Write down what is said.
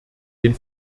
den